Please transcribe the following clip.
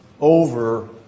over